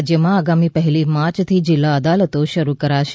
રાજ્યમાં આગામી પહેલી માર્ચથી જિલ્લા અદાલતો શરૂ કરાશે